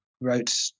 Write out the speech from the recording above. wrote